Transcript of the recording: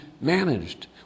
managed